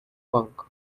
punk